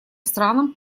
странам